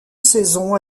saison